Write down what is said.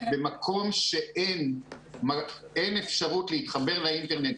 במקום שאין אפשרות להתחבר לאינטרנט,